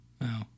No